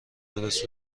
درست